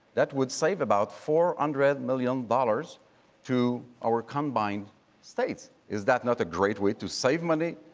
that would save about four hundred million dollars to our combined states. is that not a great way to save money,